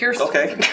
Okay